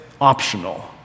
optional